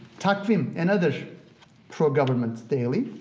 takvim, another pro-government daily,